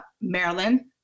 Maryland